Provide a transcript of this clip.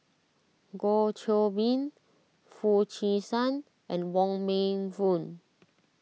Goh Qiu Bin Foo Chee San and Wong Meng Voon